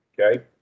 okay